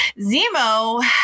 Zemo